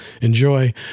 enjoy